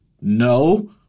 no